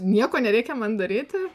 nieko nereikia man daryti